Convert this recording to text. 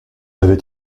avait